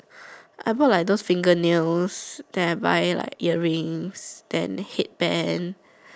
I bought like those fingernails then I buy like earrings then head band